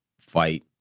fight